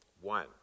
One